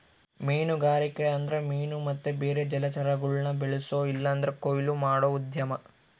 ಮೀನುಗಾರಿಕೆ ಅಂದ್ರ ಮೀನು ಮತ್ತೆ ಬೇರೆ ಜಲಚರಗುಳ್ನ ಬೆಳ್ಸೋ ಇಲ್ಲಂದ್ರ ಕೊಯ್ಲು ಮಾಡೋ ಉದ್ಯಮ